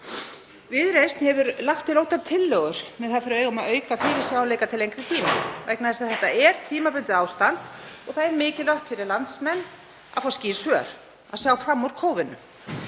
Viðreisn hefur lagt til ótal tillögur með það fyrir augum að auka fyrirsjáanleika til lengri tíma vegna þess að þetta er tímabundið ástand og það er mikilvægt fyrir landsmenn að fá skýr svör, að sjá fram úr kófinu.